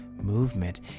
Movement